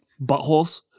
buttholes